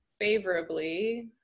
favorably